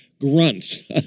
grunts